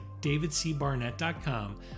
davidcbarnett.com